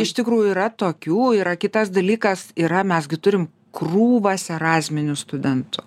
iš tikrųjų yra tokių yra kitas dalykas yra mes gi turim krūvas erazminių studentų